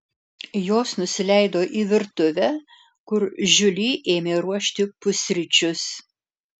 jos nusileido į virtuvę kur žiuli ėmė ruošti pusryčius